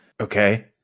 Okay